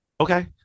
Okay